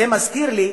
זה מזכיר לי,